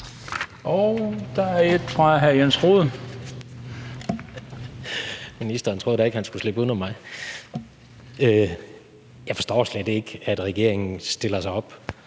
Rohde. Kl. 17:14 Jens Rohde (RV): Ministeren troede da vel ikke, at han skulle slippe uden om mig. Jeg forstår slet ikke, at regeringen stiller sig op